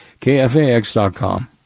KFAX.com